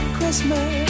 Christmas